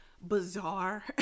bizarre